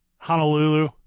Honolulu